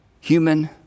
human